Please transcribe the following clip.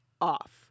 off